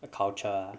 的 culture ah